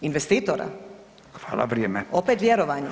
Ivestitora? [[Upadica: Hvala, vrijeme.]] Opet vjerovanje?